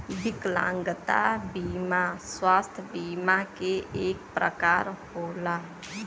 विकलागंता बिमा स्वास्थ बिमा के एक परकार होला